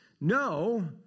no